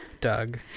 Doug